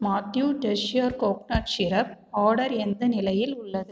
Matthew desire coconut syrup order எந்த நிலையில் உள்ளது